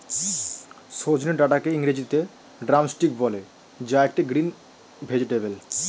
সজনে ডাটাকে ইংরেজিতে ড্রামস্টিক বলে যা একটি গ্রিন ভেজেটাবেল